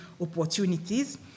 opportunities